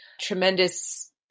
Tremendous